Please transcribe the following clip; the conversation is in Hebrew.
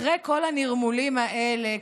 אחרי כל הנרמולים האלה,